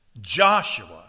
Joshua